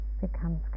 becomes